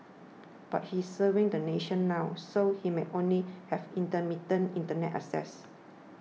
but he is serving the nation now so he might only have intermittent Internet access